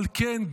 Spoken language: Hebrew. אבל כן,